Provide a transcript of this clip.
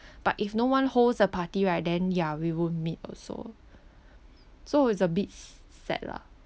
but if no one holds a party right then ya we won't meet also so it's a bit s~ sad lah